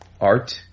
Art